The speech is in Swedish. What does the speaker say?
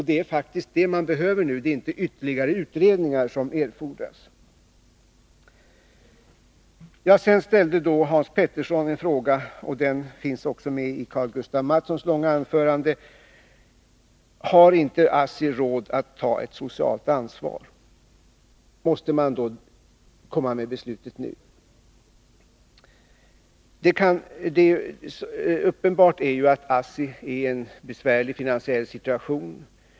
Det är faktiskt det som behövs nu, inte ytterligare utredningar. Hans Petersson ställde en fråga som också fanns med i Karl-Gustaf Mathssons långa anförande: Har inte ASSI råd att ta ett socialt ansvar? Måste man komma med beslutet nu? Uppenbart är att ASSI är i en besvärlig finansiell situation.